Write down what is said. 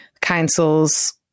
councils